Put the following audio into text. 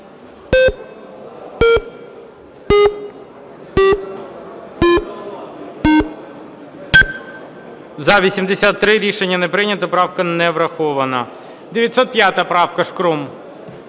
За-83 Рішення не прийняте. Правка не врахована. 905 правка. Шкрум.